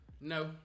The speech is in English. No